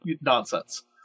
nonsense